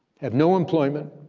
have no employment,